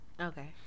okay